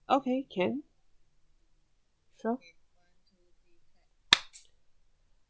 okay can so